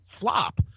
flop